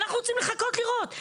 אנחנו רוצים לחכות ולראות,